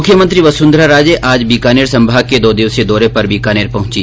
मुख्यमंत्री वसुन्धरा राजे आज बीकानेर संभाग के दो दिवसीय दौरे पर बीकानेर पहुंची